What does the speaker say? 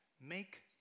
Make